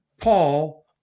Paul